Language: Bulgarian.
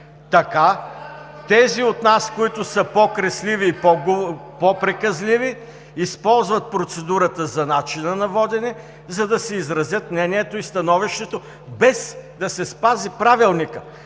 Така тези от нас, които са по-кресливи и по-приказливи, използват процедурата за начина на водене, за да си изразят мнението и становището, без да се спази Правилникът,